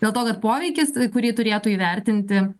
dėl to kad poveikis kurį turėtų įvertinti